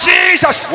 Jesus